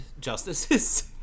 justices